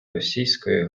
російської